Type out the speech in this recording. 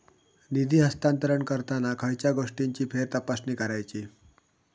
निधी हस्तांतरण करताना खयच्या गोष्टींची फेरतपासणी करायची?